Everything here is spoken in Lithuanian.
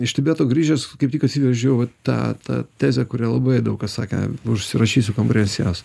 iš tibeto grįžęs kaip tik atsivežiau vat tą tą tezę kurią labai daug kas sakė užsirašysiu kambary ant sienos